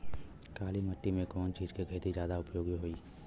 काली माटी में कवन चीज़ के खेती ज्यादा उपयोगी होयी?